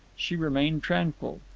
she remained tranquil.